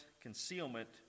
concealment